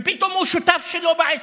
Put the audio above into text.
ופתאום הוא שותף שלו בעסק?